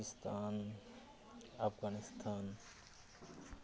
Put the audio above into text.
Pakistan Afghanistan